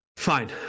fine